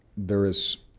there is